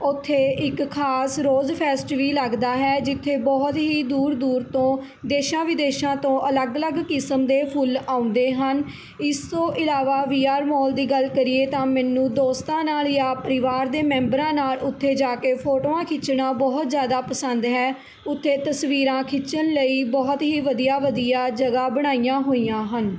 ਓਥੇ ਇੱਕ ਖਾਸ ਰੋਜ਼ ਫੈਸਟ ਵੀ ਲੱਗਦਾ ਹੈ ਜਿੱਥੇ ਬਹੁਤ ਹੀ ਦੂਰ ਦੂਰ ਤੋਂ ਦੇਸ਼ਾਂ ਵਿਦੇਸ਼ਾਂ ਤੋਂ ਅਲੱਗ ਅਲੱਗ ਕਿਸਮ ਦੇ ਫੁੱਲ ਆਉਂਦੇ ਹਨ ਇਸ ਤੋਂ ਇਲਾਵਾ ਵੀ ਆਰ ਮੋਲ ਦੀ ਗੱਲ ਕਰੀਏ ਤਾਂ ਮੈਨੂੰ ਦੋਸਤਾਂ ਨਾਲ਼ ਯਾ ਪਰਿਵਾਰ ਦੇ ਮੈਂਬਰਾਂ ਨਾਲ਼ ਉੱਥੇ ਜਾ ਕੇ ਫੋਟੋਆਂ ਖਿੱਚਣਾ ਬਹੁਤ ਜ਼ਿਆਦਾ ਪਸੰਦ ਹੈ ਉੱਥੇ ਤਸਵੀਰਾਂ ਖਿੱਚਣ ਲਈ ਬਹੁਤ ਹੀ ਵਧੀਆ ਵਧੀਆ ਜਗ੍ਹਾ ਬਣਾਈਆਂ ਹੋਈਆਂ ਹਨ